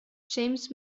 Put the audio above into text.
james